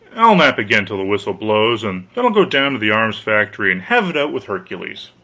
i'll nap again till the whistle blows, and then i'll go down to the arms factory and have it out with hercules.